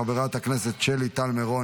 חברת הכנסת שלי טל מירון,